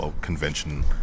convention